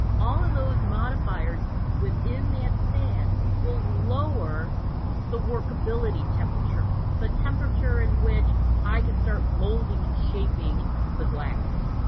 all of those modifiers within that sand will lower the workability temperature. the temperature in which i could start molding and shaping the glass.